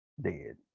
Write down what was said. dead